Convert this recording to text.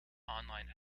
online